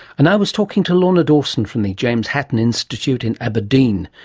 and i was talking to lorna dawson from the james hutton institute in aberdeen,